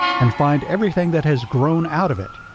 and find everything that has grown out of it,